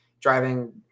driving